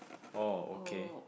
oh okay